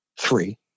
three